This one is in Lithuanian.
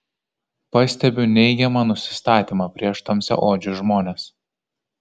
pastebiu neigiamą nusistatymą prieš tamsiaodžius žmones